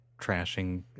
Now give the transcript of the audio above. trashing